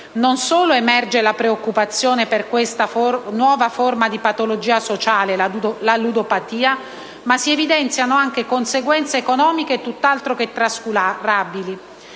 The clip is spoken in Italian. non solo emerge la preoccupazione per questa nuova forma di patologia sociale, la ludopatia, ma si evidenziano anche conseguenze economiche tutt'altro che trascurabili.